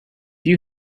you